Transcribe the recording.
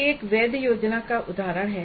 यह एक वैध योजना का एक उदाहरण है